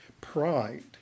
Pride